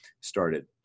started